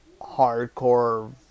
hardcore